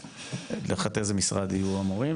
תחת איזה משרד יהיו המורים,